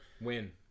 win